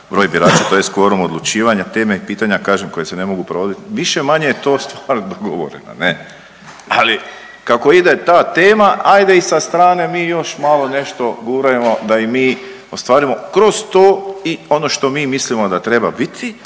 broj birača tj. kvorum odlučivanja, teme i pitanja kažem koja se ne mogu provodit, više-manje je to stvar dogovorena ne, ali kako ide ta tema ajde i sa strane mi još malo nešto gurajmo da i mi ostvarimo kroz to i ono što mi mislimo da treba biti,